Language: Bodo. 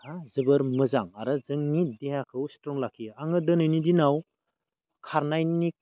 हा जोबोर मोजां आरो जोंनि देहाखौ स्ट्रं लाखियो आङो दिनैनि दिनाव खारनायनिख्रुइ